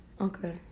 Okay